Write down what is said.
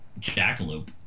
jackalope